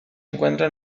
encuentra